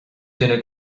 duine